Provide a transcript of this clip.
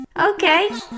Okay